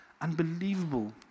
unbelievable